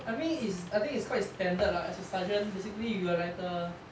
I mean it's I think it's quite standard lah as a sergeant basically you are like the